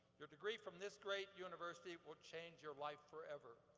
your degree from this great university will change your life forever.